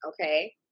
okay